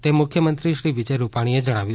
તેમ મુખ્યમંત્રી શ્રી વિજય રૂપાણીએ જણાવ્યુ છે